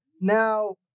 Now